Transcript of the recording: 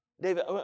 David